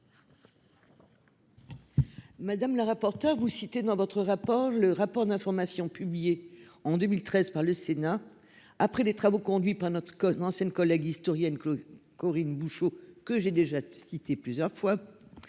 Madame la rapporteur vous citez dans votre rapport, le rapport d'information publiée en 2013 par le Sénat après les travaux conduits par notre cause anciennes collègues, historienne. Corinne Bouchoux que j'ai déjà cité plusieurs fois.